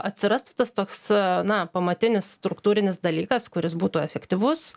atsirastų tas toks na pamatinis struktūrinis dalykas kuris būtų efektyvus